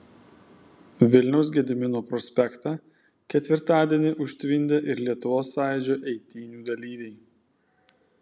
vilniaus gedimino prospektą ketvirtadienį užtvindė ir lietuvos sąjūdžio eitynių dalyviai